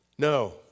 No